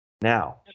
Now